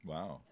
Wow